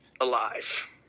alive